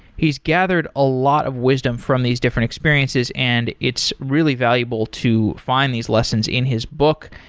he's gathered a lot of wisdom from these different experiences and it's really valuable to find these lessons in his book,